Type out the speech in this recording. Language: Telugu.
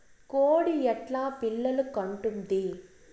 కోడి ఎట్లా పిల్లలు కంటుంది?